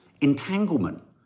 entanglement